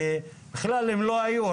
כי בכלל הם לא היו,